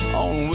on